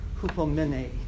hupomene